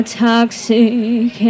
toxic